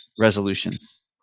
resolutions